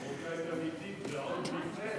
מרוקאית אמיתית, ועוד מפאס.